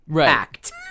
act